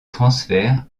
transferts